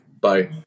Bye